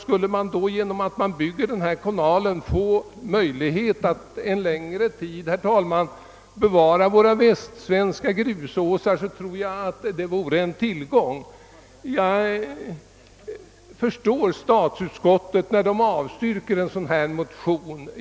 Skulle man genom att bygga denna kanal få möjlighet att under en längre tid kunna bevara våra västsvenska grusåsar tror jag att det vore en tillgång. Jag förstår statsutskottet, när utskot tet avstyrker min motion.